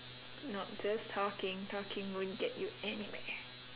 not just talking talking won't get you anywhere